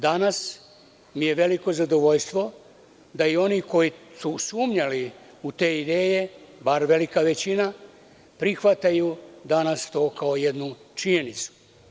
Danas mi je veliko zadovoljstvo da oni koji su sumnjali u te ideje, barem velika većina, prihvataju danas to kao jednu činjenicu.